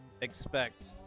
expect